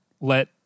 let